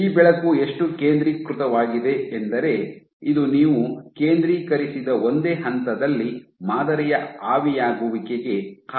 ಈ ಬೆಳಕು ಎಷ್ಟು ಕೇಂದ್ರೀಕೃತವಾಗಿದೆ ಎಂದರೆ ಇದು ನೀವು ಕೇಂದ್ರೀಕರಿಸಿದ ಒಂದೇ ಹಂತದಲ್ಲಿ ಮಾದರಿಯ ಆವಿಯಾಗುವಿಕೆಗೆ ಕಾರಣವಾಗುತ್ತದೆ